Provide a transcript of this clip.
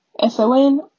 SON